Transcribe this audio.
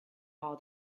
all